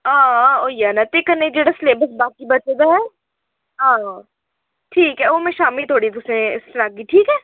हां आं होई जाना ते कन्ने जेह्ड़ा स्लेबस बाकी बचे दा ऐ हां ठीक ऐ ओह् में शामीं धोड़ी तुसें गी सनागी ठीक ऐ